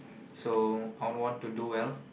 so I would want to do well